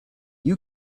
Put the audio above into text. you